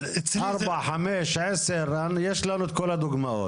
ארבע, חמש, עשר, יש לנו את כל הדוגמאות.